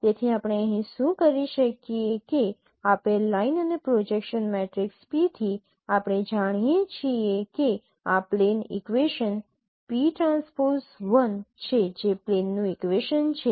તેથી આપણે અહીં શું કરી શકીએ કે આપેલ લાઇન અને પ્રોજેક્શન મેટ્રિક્સ P થી આપણે જાણીએ છીએ કે આ પ્લેન ઇક્વેશન PTl છે જે પ્લેન નું ઇક્વેશન છે